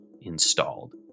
installed